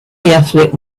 ethnic